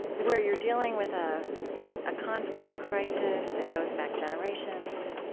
where you're dealing with ah a conflict, a crisis that goes back generations,